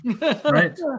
Right